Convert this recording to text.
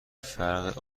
فرق